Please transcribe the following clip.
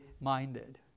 minded